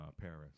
paris